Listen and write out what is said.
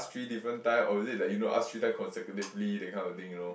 three different time or is it like you know ask three time consecutively that kind of thing you know